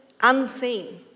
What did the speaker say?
unseen